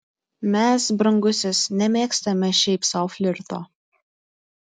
mes brangusis nemėgstame šiaip sau flirto